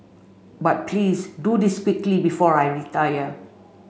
but please do this quickly before I retire